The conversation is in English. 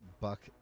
buck